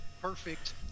perfect